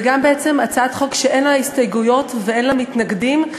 ובעצם גם הצעת חוק שאין לה הסתייגויות ואין לה מתנגדים,